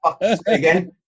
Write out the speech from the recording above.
again